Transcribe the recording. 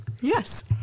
Yes